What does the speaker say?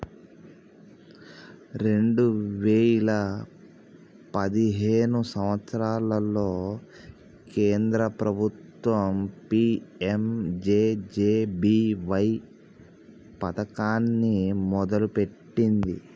రెండే వేయిల పదిహేను సంవత్సరంలో కేంద్ర ప్రభుత్వం పీ.యం.జే.జే.బీ.వై పథకాన్ని మొదలుపెట్టింది